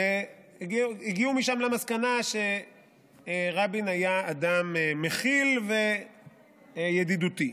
הגיעו משם למסקנה שרבין היה אדם מכיל וידידותי.